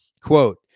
quote